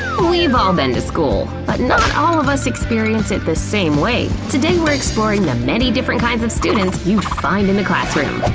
we've all been to school. but not all of us experience it the same way. today we're exploring the many different kind of students you'd find in the classroom.